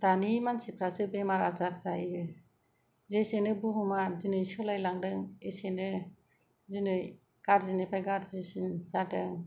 दानि मानसिफ्रासो बेमार आजार जायो जेसेनो बुहुमा दिनै सोलायलांदों एसेनो दिनै गाज्रिनिफ्राय गाज्रि जादों